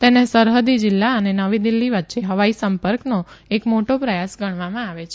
તેને સરહદી જીલ્લા અને નવી દિલ્હી વચ્ચે હવાઇ સંપર્કનો એક મોટો પ્રયાસ ગણવામાં આવે છે